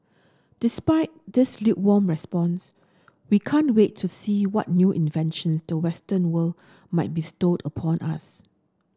despite this lukewarm response we can't wait to see what new invention the western world might bestow upon us